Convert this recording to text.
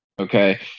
Okay